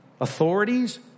authorities